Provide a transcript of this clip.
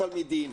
תלמידים.